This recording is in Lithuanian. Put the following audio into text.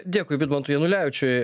dėkui vidmantui janulevičiui